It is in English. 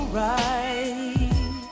right